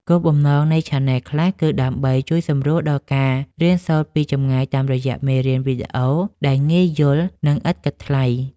គោលបំណងនៃឆានែលខ្លះគឺដើម្បីជួយសម្រួលដល់ការរៀនសូត្រពីចម្ងាយតាមរយៈមេរៀនវីដេអូដែលងាយយល់ និងឥតគិតថ្លៃ។